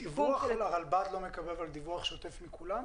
מיקום --- הרלב"ד לא מקבל דיווח שוטף מכולם?